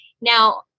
now